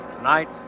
Tonight